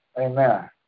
Amen